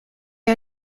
est